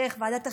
דרך ועדת החינוך,